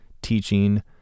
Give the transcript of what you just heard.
teaching